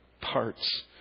parts